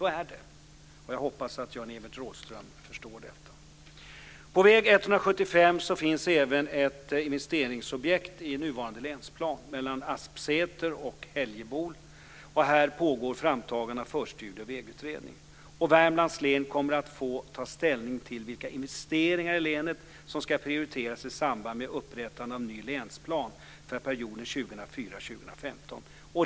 Så är det, och jag hoppas att Jan-Evert Rådhström förstår detta. På väg 175 finns även ett investeringsobjekt i nuvarande länsplan mellan Aspsäter och Helgebol. Här pågår framtagning av förstudier och vägutredning. Värmlands län kommer att få ta ställning till vilka investeringar i länet som ska prioriteras i samband med upprättande av ny länsplan för perioden 2004 2015.